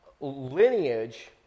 lineage